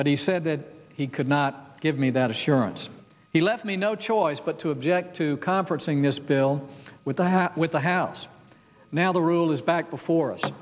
but he said that he could not give me that assurance he left me no choice but to object to conferencing this bill with the hat with the house now the rule is back before us